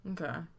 Okay